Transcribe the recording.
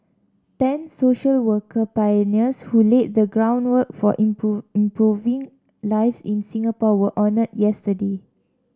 ten social worker pioneers who laid the groundwork for improve improving lives in Singapore were honoured yesterday